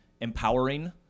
empowering